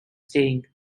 staying